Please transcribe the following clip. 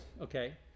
Okay